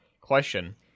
Question